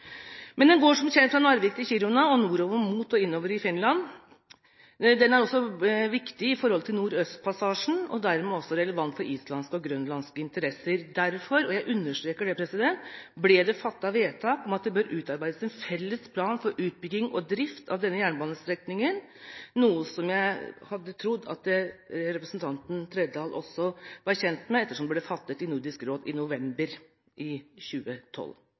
Men Ofotbanen går som kjent fra Narvik til Kiruna og nordover mot og innover i Finland. Den er også viktig med tanke på Nordøstpassasjen, og dermed også relevant for islandske og grønlandske interesser. Derfor – og jeg understreker det – ble det fattet vedtak om at det bør utarbeides en felles plan for utbygging og drift av denne jernbanestrekningen, noe som jeg hadde trodd at representanten Trældal også var kjent med, ettersom det ble fattet i Nordisk Råd i november i 2012.